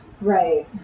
Right